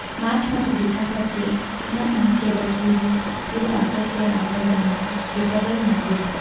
March ಮತ್ತು ಡಿಸೆಂಬರ್ಗೆ ನನ್ನ cable T V bill autopay ಆಗೋದನ್ನು ಡಿಸೇಬಲ್ ಮಾಡು